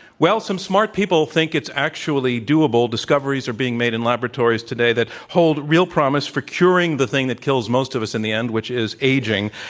well, some smart people think it's actually doable. discoveries are being made in laboratories today that hold real promise for curing the thing that kills most of us in the end, which is aging.